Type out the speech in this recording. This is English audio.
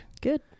Good